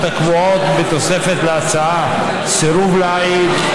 הקבועות בתוספת להצעה: סירוב להעיד,